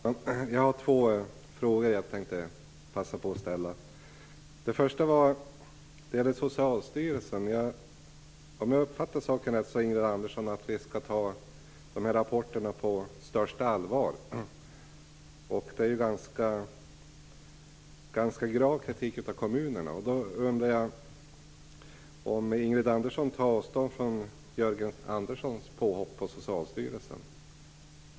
Herr talman! Jag har två frågor som jag tänkte passa på att ställa. Den första gäller Socialstyrelsen. Om jag uppfattade saken rätt sade Ingrid Andersson att vi skall ta dessa rapporter på största allvar. De innehåller ju en ganska grav kritik av kommunerna. Jag undrar om Ingrid Andersson tar avstånd från Jörgen Anderssons påhopp på Socialstyrelsen.